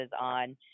on